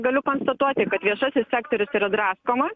galiu konstatuoti kad viešasis sektorius yra draskomas